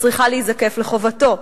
שצריכה להיזקף לחובתו,